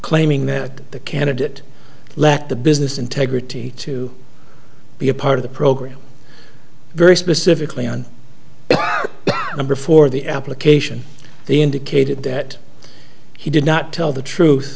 claiming that the candidate lacked the business integrity to be a part of the program very specifically on a number for the application they indicated that he did not tell the truth